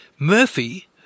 Murphy